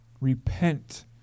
Repent